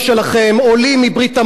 עולים מברית-המועצות,